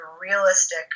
realistic